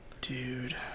dude